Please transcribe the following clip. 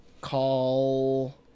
Call